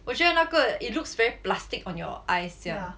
我觉得那个 it looks very plastic on your eyes sia